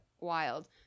wild